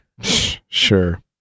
sure